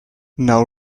now